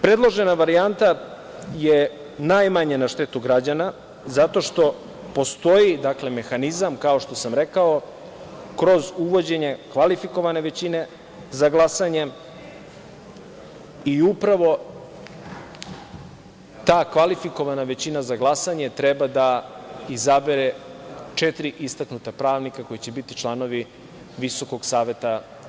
Predložena varijanta je najmanje na štetu građana zato što postoji mehanizam, kao što sam rekao, kroz uvođenje kvalifikovane većine za glasanje i upravo ta kvalifikovana većina za glasanje treba da izabere četiri istaknuta pravnika koji će biti članovi VSS.